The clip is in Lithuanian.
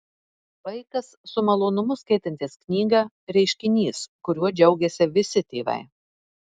vaikas su malonumu skaitantis knygą reiškinys kuriuo džiaugiasi visi tėvai